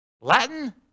Latin